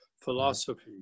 philosophy